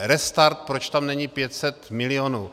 Restart, proč tam není 500 milionů.